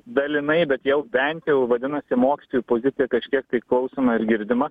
dalinai bet jau bent vadinasi mokytojų pozicija kažkiek tai klausoma ir girdima